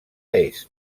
est